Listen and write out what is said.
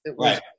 Right